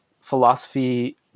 philosophy